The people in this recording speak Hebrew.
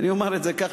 אני אומר את זה כך,